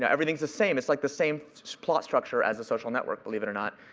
yeah everything's the same. it's like the same plot structure as the social network, believe it or not,